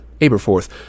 Aberforth